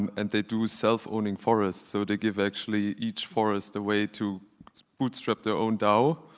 and they do self owning forests. so they give actually each forest a way to bootstrap their own dao.